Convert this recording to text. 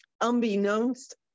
unbeknownst